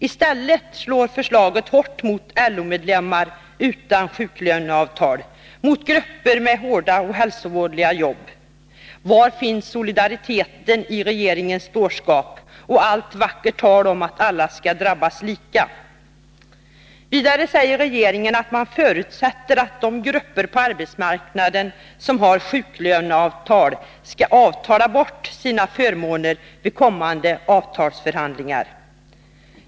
I stället slår förslaget hårt mot LO-medlemmar utan sjuklöneavtal, mot grupper med hårda och hälsovådliga jobb. Var finns solidariteten i regeringens dårskap och allt vackert tal om att alla skall drabbas lika? Vidare säger regeringen att man förutsätter att de grupper på arbetsmarknaden som har sjuklöneavtal skall avtala bort sina förmåner vid kommande avtalsförhandlingar.